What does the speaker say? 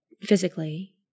physically